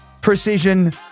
precision